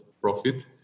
profit